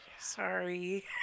sorry